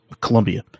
Colombia